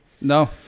No